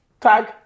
Tag